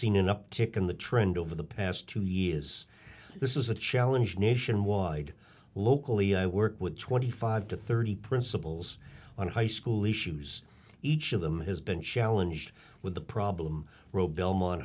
uptick in the trend over the past two years this is a challenge nationwide locally i work with twenty five to thirty principals on high school issues each of them has been challenged with the problem ro belmont